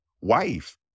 wife